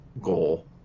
goal